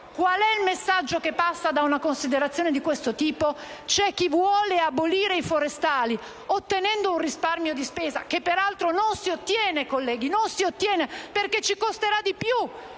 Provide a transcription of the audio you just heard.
Qual è il messaggio che passa da una considerazione di questo tipo? C'è chi vuole abolire i forestali ottenendo un risparmio di spesa, che peraltro non si realizza, colleghi: ci costerà, infatti, di più